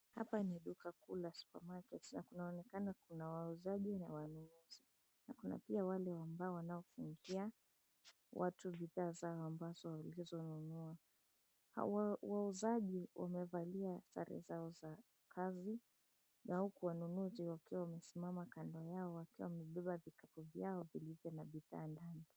Hapa ni duka kuu la supermarket na kunaonekana kuna wauzaji na wanunuzi na kuna pia wale ambao wanaofungia watu bidhaa zao ambazo walizonunua. Wauzaji wamevalia sare zao za kazi na huku wanunuzi wakiwa wamesimama kando yao wakiwa wamebeba vitu vyao vilivyo na bidhaa ndani.